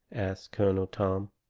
asts colonel tom.